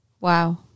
Wow